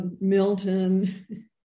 Milton